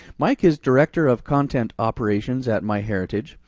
mike is director of content operations at myheritage.